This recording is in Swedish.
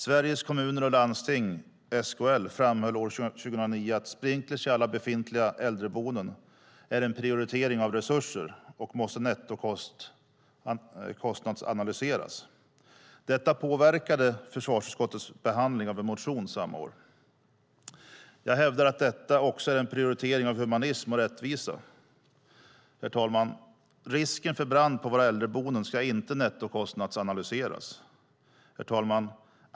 Sveriges Kommuner och Landsting, SKL, framhöll år 2009 att sprinkler i alla befintliga äldreboenden är en prioritering av resurser och måste nettokostnadsanalyseras. Detta påverkade försvarsutskottets behandling av en motion samma år. Jag hävdar att detta också är en prioritering av humanitet och rättvisa. Herr talman! Risken för brand på våra äldreboenden ska inte nettokostnadsanalyseras.